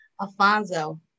Alfonso